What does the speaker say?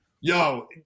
Yo